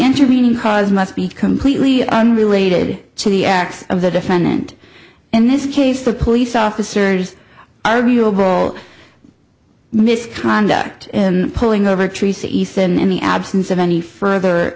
intervening cause must be completely unrelated to the acts of the defendant in this case the police officers arguable misconduct in pulling over trees isa in the absence of any further